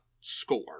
score